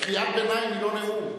קריאת ביניים היא לא נאום.